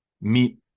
meet